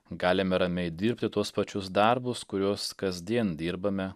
galime ramiai dirbti tuos pačius darbus kuriuos kasdien dirbame